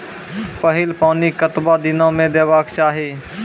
पहिल पानि कतबा दिनो म देबाक चाही?